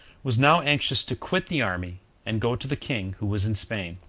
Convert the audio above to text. was now anxious to quit the army and go to the king, who was in spain